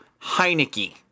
Heineke